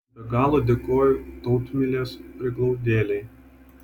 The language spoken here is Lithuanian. be galo dėkoju tautmilės prieglaudėlei